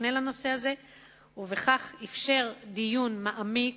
משנה לנושא הזה ובכך אפשר דיון מעמיק,